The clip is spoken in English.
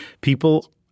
people